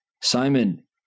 Simon